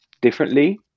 differently